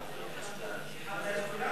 איחדת את כולם כבר?